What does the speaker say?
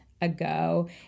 ago